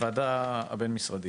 הוועדה הבין-משרדית,